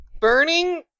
burning